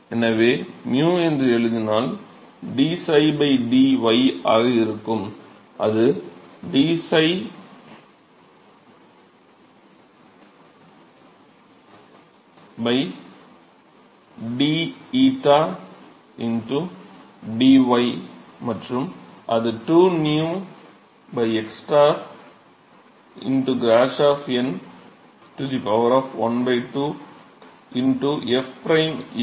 எனவே μ என்று எழுதினால் d𝝍 dy ஆக இருக்கும் அது d𝝍 d𝞰 dy மற்றும் அது 2 𝝂 x க்ராஷோஃப் எண் ½ f ப்ரைம் 𝞰